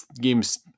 games